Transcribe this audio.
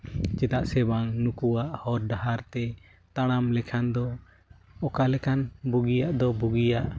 ᱪᱮᱫᱟᱜ ᱥᱮ ᱵᱟᱝ ᱱᱩᱠᱩᱣᱟᱜ ᱦᱚᱨ ᱰᱟᱦᱟᱨᱛᱮ ᱛᱟᱲᱟᱢ ᱞᱮᱠᱷᱟᱱ ᱫᱚ ᱚᱠᱟ ᱞᱮᱠᱟᱱ ᱵᱳᱜᱤᱭᱟᱜ ᱫᱚ ᱵᱳᱜᱤᱭᱟ